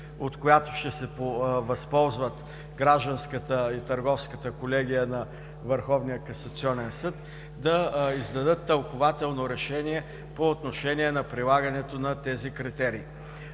от която ще се възползват Гражданската и Търговската колегия на Върховния касационен съд, да издадат тълкувателно решение по отношение на прилагането на тези критерии.